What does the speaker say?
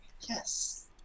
Yes